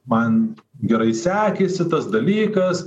man gerai sekėsi tas dalykas